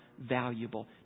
valuable